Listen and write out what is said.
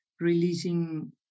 releasing